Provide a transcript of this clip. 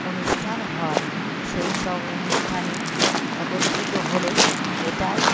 অনুষ্ঠান হয় সেই সব অনুষ্ঠানে একত্রিত হলে এটাই